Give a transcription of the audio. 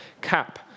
CAP